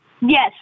Yes